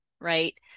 right